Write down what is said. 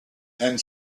and